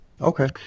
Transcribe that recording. Okay